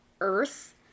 Earth